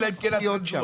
אלא אם כן מישהו מודיע,